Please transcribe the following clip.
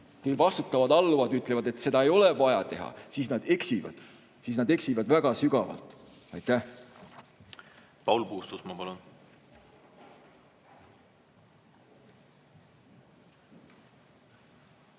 kui vastutavad alluvad ütlevad, et seda ei ole vaja teha, siis nad eksivad. Siis nad eksivad väga sügavalt. Aitäh! Paul Puustusmaa, palun!